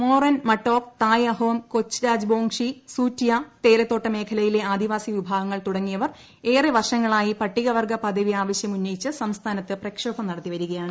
മോറൻ മട്ടോക്ക് തായ് അഹോം കൊച്ച് രാജ്ബോംഗ്ഷി സൂറ്റിയ തേയിലത്തോട്ട മേഖലയിലെ ആദിവാസി വിഭാഗങ്ങൾ തുടങ്ങിയവർ ഏറെ വർഷങ്ങളായി പട്ടികവർഗ പദവി ആവശ്യം ഉന്നയിച്ച് സംസ്ഥാനത്ത് പ്രക്ഷോഭം നടത്തി വരികയാണ്